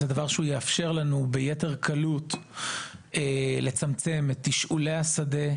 זה דבר שיאפשר לנו ביתר קלות לצמצם את תשאולי השדה,